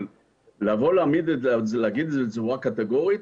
אבל לבוא ולהגיד את זה בצורה קטגורית,